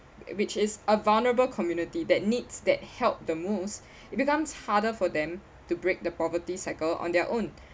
which is a vulnerable community that needs that help the most it becomes harder for them to break the poverty cycle on their own